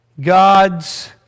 God's